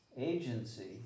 agency